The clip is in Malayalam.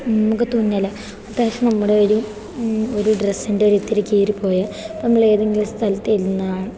നമുക്ക് തുന്നൽ അത്യാവശ്യം നമ്മുടെ ഒരു ഒരു ഡ്രസ്സിൻ്റെ ഒരു ഇത്തിരി കീറി പോയി ഇപ്പം നമ്മൾ ഏതെങ്കിലും സ്ഥലത്ത് ഇരുന്നതാണ്